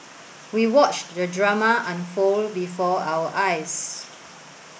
we watched the drama unfold before our eyes